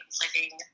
living